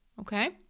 okay